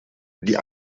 die